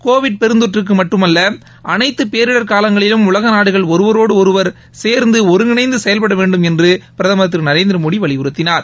Covid பெருந்தொற்றிற்கு மட்டுமல்ல அனைத்து பேரிடர் காலங்களிலும் உலக நாடுகள் ஒருவரோடு ஒருவர் சேர்ந்து ஒருங்கிணைந்து செயல்பட வேண்டும் என்று பிரதமர் திரு நரேந்திரமோடி வலியுறத்தினார்